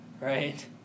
Right